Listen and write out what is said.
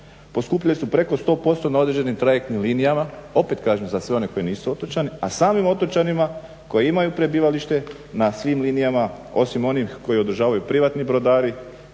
poskupjeli su preko 100% na određenim trajektnim linijama opet kažem za sve one koji nisu otočani, a samim otočanima koji imaju prebivalište na svim linijama osim onim koje održavaju privatni brodari